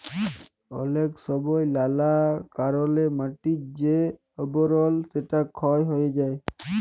অলেক সময় লালা কারলে মাটির যে আবরল সেটা ক্ষয় হ্যয়ে যায়